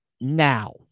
now